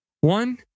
One